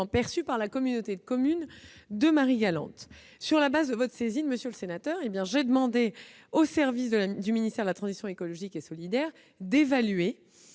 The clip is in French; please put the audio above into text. perçue par la communauté de communes de Marie-Galante. Sur la base de votre saisine, monsieur le sénateur, j'ai demandé aux services du ministère de la transition écologique et solidaire d'évaluer,